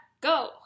go